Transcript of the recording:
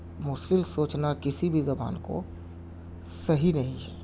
مشکل سوچنا کسی بھی زبان کو صحیح نہیں ہے